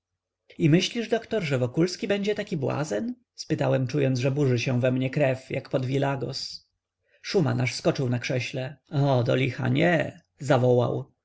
i myślisz doktor że wokulski będzie taki błazen spytałem czując że burzy się we mnie krew jak pod vilagos szuman aż skoczył na krześle o do licha nie zawołał